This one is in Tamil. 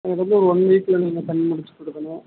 எனக்கு வந்து ஒரு ஒன் வீக்கில் நீங்கள் பண்ணி முடிச்சு கொடுக்கணும்